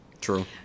true